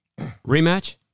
Rematch